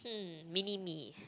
hmm mini me